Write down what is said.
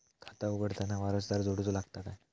खाता उघडताना वारसदार जोडूचो लागता काय?